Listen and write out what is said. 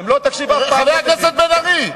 אם לא תקשיב, חבר הכנסת דנון.